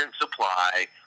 supply